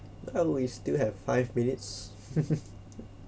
well we still have five minutes